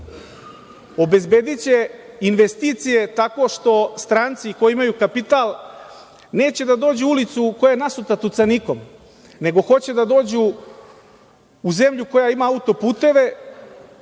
obezbediće investicije tako što stranci koji imaju kapital neće da dođu u ulicu u koju je nasuta tucanikom, nego hoće da dođu u zemlju koja ima autoputeve